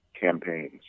campaigns